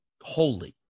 holy